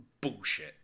bullshit